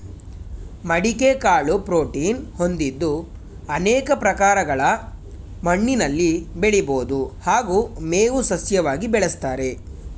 ಮಡಿಕೆ ಕಾಳು ಪ್ರೋಟೀನ್ ಹೊಂದಿದ್ದು ಅನೇಕ ಪ್ರಕಾರಗಳ ಮಣ್ಣಿನಲ್ಲಿ ಬೆಳಿಬೋದು ಹಾಗೂ ಮೇವು ಸಸ್ಯವಾಗಿ ಬೆಳೆಸ್ತಾರೆ